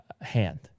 hand